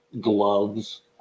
Gloves